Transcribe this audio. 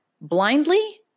blindly